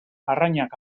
arrainak